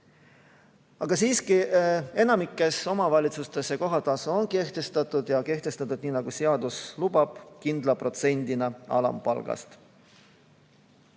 aga siiski enamikus omavalitsustes see kohatasu on kehtestatud ja kehtestatud nii, nagu seadus lubab, kindla protsendina alampalgast.